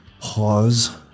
pause